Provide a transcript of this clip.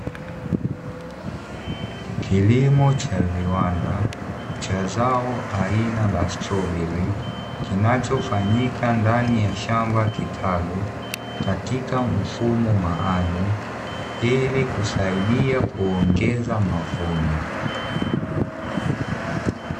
Kilimo cha viwanda cha zao aina la stroberi kinachofanyika ndani ya shamba kitalu katika mfumo maalumu, ili kusaidia kuongeza mavuno.